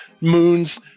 moons